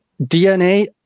DNA